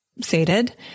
sated